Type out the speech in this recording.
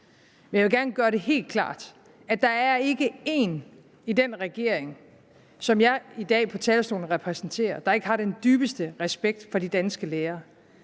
Men jeg vil gerne gøre det helt klart. Der er ikke én i den regering, som jeg i dag på talerstolen repræsenterer, der ikke har den dybeste respekt for de danske lærere,